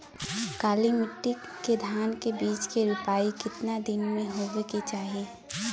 काली मिट्टी के धान के बिज के रूपाई कितना दिन मे होवे के चाही?